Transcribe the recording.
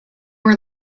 were